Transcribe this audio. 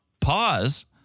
pause